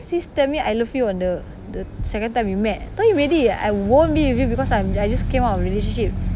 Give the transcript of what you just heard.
stills tell me I love you on the the second time we met tell him already I won't be with you because I'm I just came out of a relationship